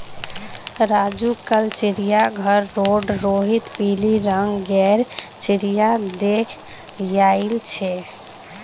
राजू कल चिड़ियाघर रोड रोहित पिली रंग गेर चिरया देख याईल छे